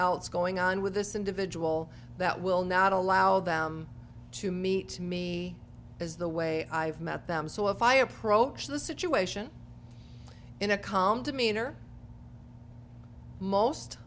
else going on with this individual that will not allow them to meet me is the way i've met them so if i approach the situation in a calm demeanor most